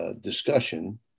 discussion